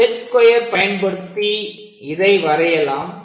set square பயன்படுத்தி இதை வரையலாம்